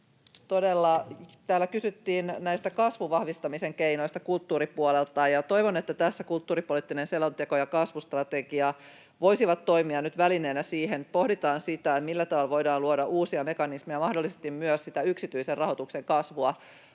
täällä kysyttiin näistä kasvun vahvistamisen keinoista kulttuuripuolelta. Toivon, että tässä kulttuuripoliittinen selonteko ja kasvustrategia voisivat toimia nyt välineinä siihen, kun pohditaan sitä, millä tavalla voidaan luoda uusia mekanismeja ja mahdollisesti myös sitä yksityisen rahoituksen kasvua